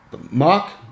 Mark